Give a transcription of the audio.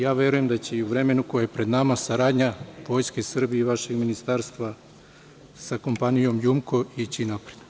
Ja verujem da će i u vremenu koje je pred nama saradnja Vojske Srbije i vašeg ministarstva sa kompanijom „Jumko“ ići napred.